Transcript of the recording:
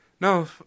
No